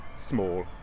small